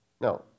Now